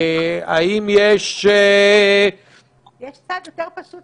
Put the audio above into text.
יש צעד יותר פשוט,